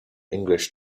english